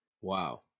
Wow